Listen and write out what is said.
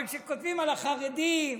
כשכותבים על החרדים,